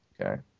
okay